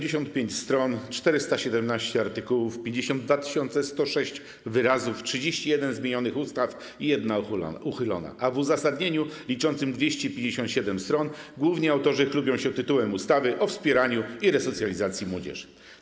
175 stron, 417 artykułów, 52 106 wyrazów, 31 zmienionych ustaw i jedna uchylona, a w uzasadnieniu liczącym 257 stron głównie autorzy chlubią się tytułem ustawy o wspieraniu i resocjalizacji młodzieży.